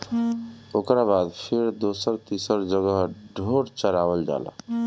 ओकरा बाद फेर दोसर तीसर जगह ढोर चरावल जाला